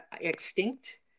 extinct